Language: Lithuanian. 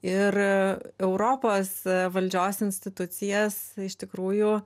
ir europos valdžios institucijas iš tikrųjų